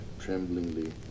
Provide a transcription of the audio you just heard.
tremblingly